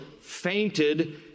fainted